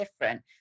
different